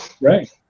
right